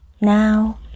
now